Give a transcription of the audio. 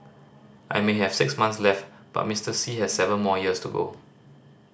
I may have six months left but Mister Xi has seven more years to go